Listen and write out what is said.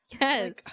yes